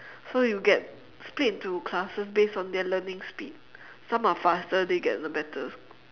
so you get split into classes based on their learning speed some are faster they get the better